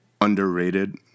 Underrated